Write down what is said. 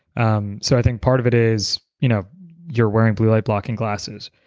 um so i think part of it is you know you're wearing blue light blocking glasses,